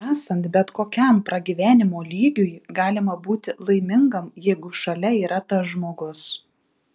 esant bet kokiam pragyvenimo lygiui galima būti laimingam jeigu šalia yra tas žmogus